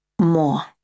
more